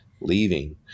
leaving